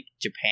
Japan